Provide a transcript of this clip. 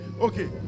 okay